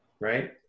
right